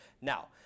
Now